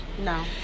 No